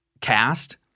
cast